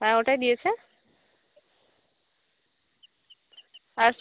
হ্যাঁ ওটাই দিয়েছে আর